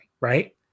right